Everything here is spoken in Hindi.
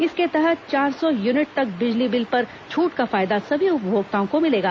इसके तहत चार सौ यूनिट तक बिजली बिल पर छूट का फायदा सभी उपभोक्ताओं को मिलेगा